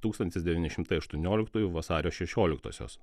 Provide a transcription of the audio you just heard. tūkstantis devyni šimtai aštuonioliktųjų vasario šešioliktosios